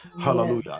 hallelujah